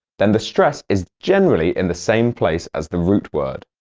then the stress is generally in the same place as the root word.